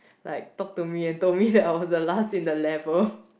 like talk to me and told me that I was the last in the level